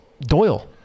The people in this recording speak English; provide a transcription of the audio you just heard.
Doyle